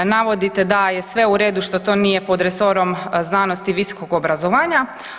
Navodite da je sve u redu što to nije pod resorom znanosti i visokog obrazovanja.